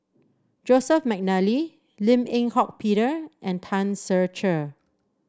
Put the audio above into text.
Joseph McNally Lim Eng Hock Peter and Tan Ser Cher